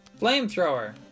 Flamethrower